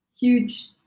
Huge